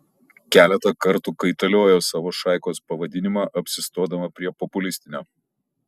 keletą kartų kaitaliojo savo šaikos pavadinimą apsistodama prie populistinio